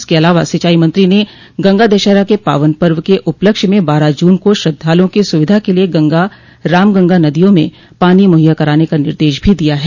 इसके अलावा सिंचाई मंत्री ने गंगा दशहरा के पावन पर्व के उपलक्ष्य में बारह जून को श्रद्वालूओं की सुविधा के लिये गंगा राम गंगा नदियों में पानी मुहैया कराने का निर्देश भी दिया है